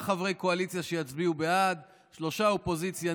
חברי קואליציה שיצביעו בעד ושלושה מהאופוזיציה,